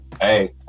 Hey